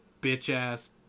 bitch-ass